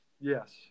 Yes